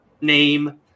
name